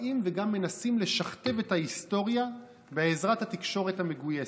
באים וגם מנסים לשכתב את ההיסטוריה בעזרת התקשורת המגויסת.